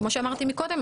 כמו שאמרתי קודם,